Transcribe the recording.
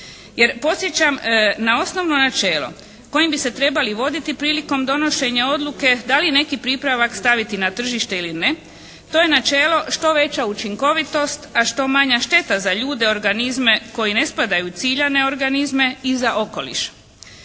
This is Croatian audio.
Jer podsjećam na osnovno načelo kojim bi se trebali voditi prilikom donošenja odluke da li neki pripravak staviti na tržište ili ne. To je načelo «što veća učinkovitost, a što manja šteta za ljude, organizme koji ne spadaju u ciljane organizme i za okoliš.»